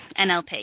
NLP